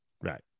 right